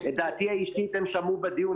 את דעתי האישית הם שמעו בדיון,